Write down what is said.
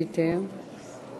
ויתר.